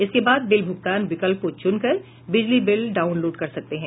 इसके बाद बिल भूगतान विकल्प को चूनकर बिजली बिल डाउनलोड कर सकते हैं